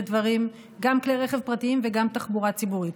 גם כלי רכב פרטיים וגם תחבורה ציבורית.